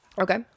Okay